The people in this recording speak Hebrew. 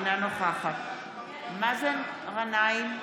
אינה נוכחת מאזן גנאים,